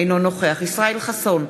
אינו נוכח ישראל חסון,